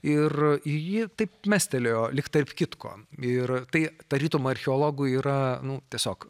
ir ji taip mestelėjo lyg tarp kitko ir tai tarytum archeologų yra nu tiesiog